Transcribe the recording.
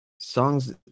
songs